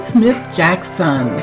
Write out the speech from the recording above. Smith-Jackson